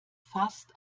fast